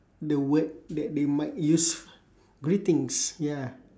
the word that they might use greetings ya